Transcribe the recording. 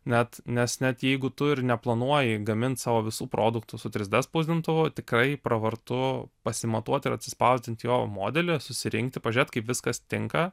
net nes net jeigu tu ir neplanuoji gamint savo visų produktų su trys d spausdintuvu tikrai pravartu pasimatuot ir atsispausdint jo modelį susirinkt pažiūrėt kaip viskas tinka